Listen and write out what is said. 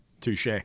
Touche